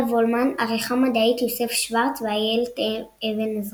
וולמן; עריכה מדעית יוסף שורץ ואיילת אבן-עזרא.